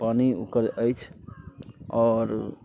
पानि ओकर अछि आओर